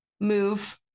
move